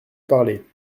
parler